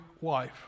wife